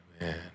man